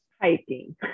Hiking